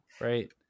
right